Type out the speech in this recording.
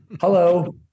hello